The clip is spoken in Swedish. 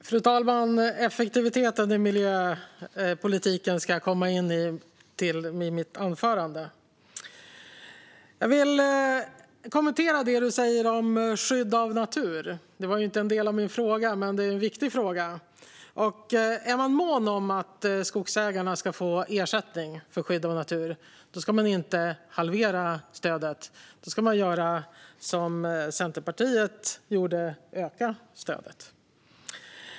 Fru talman! Effektiviteten i miljöpolitiken ska jag gå in på i mitt anförande. Jag vill kommentera det du, Kjell-Arne Ottosson, säger om skydd av natur. Det var ju inte en av mina frågor, men det är en viktig fråga. Är man mån om att skogsägarna ska få ersättning för skydd av natur ska man inte halvera stödet. Då ska man göra som Centerpartiet gjorde och öka stödet.